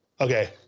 okay